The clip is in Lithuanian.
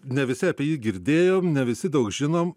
ne visi apie jį girdėjom ne visi daug žinom